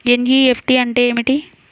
NEFT అంటే ఏమిటి?